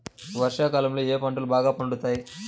వర్షాకాలంలో ఏ పంటలు బాగా పండుతాయి?